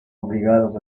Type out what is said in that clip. obligados